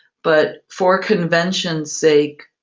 but for convention's sake,